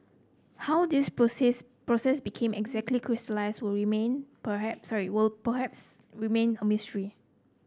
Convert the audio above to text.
how this process process became exactly crystallised will remain perhaps will perhaps remain a mystery